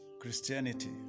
Christianity